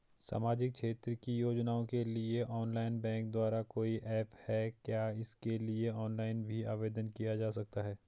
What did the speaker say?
सामाजिक क्षेत्र की योजनाओं के लिए ऑनलाइन बैंक द्वारा कोई ऐप है क्या इसके लिए ऑनलाइन भी आवेदन किया जा सकता है?